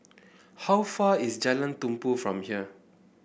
how far is Jalan Tumpu from here